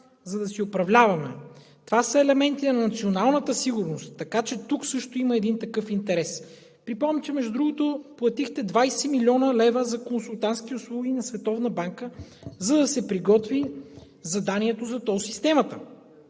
за да си управляваме. Това са елементи на националната сигурност, така че тук също има един такъв интерес.“ Припомням, между другото, че платихте 20 млн. лв. за консултантски услуги на Световната банка, за да се приготви заданието за тол системата.